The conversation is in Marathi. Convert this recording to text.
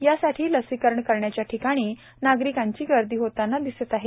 यासाठी लसीकरण करण्याच्या ठिकाणी नागरिकांची गर्दी होत आहे